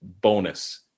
bonus